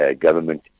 government